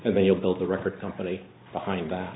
and then you'll build the record company behind that